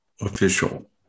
official